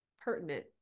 pertinent